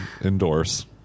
Endorse